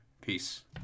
Peace